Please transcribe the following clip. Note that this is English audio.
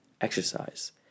exercise